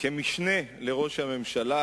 כ"משנה לראש הממשלה,